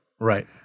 Right